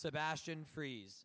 sebastian freeze